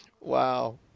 wow